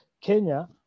kenya